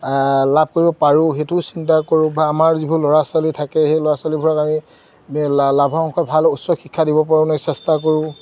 লাভ কৰিব পাৰোঁ সেইটোও চিন্তা কৰোঁ বা আমাৰ যিবোৰ ল'ৰা ছোৱালী থাকে সেই ল'ৰা ছোৱালীবোৰক আমি লা লাভৰ অংশ ভাল উচ্চ শিক্ষা দিব পাৰোঁ নে চেষ্টা কৰোঁ